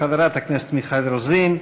חברת הכנסת מיכל רוזין,